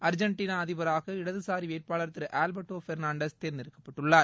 Argentina அதிபராக இடதுசாரி வேட்பாளர் திரு ஆவ்பர்ட்டோ பெர்னான்டஸ் தேர்ந்தெடுக்கப்பட்டுள்ளார்